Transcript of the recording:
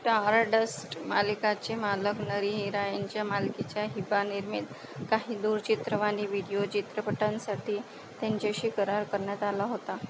stardust मासिकाचे मालक नरी हिरा यांच्या मालकीच्या हिबा निर्मीत काही दूरचित्रवाणी व्हिडीओ चित्रपटांसाठी त्यांच्याशी करार करण्यात आला होता